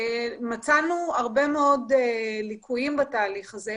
מצאנו הרבה ליקויים בתהליך הזה.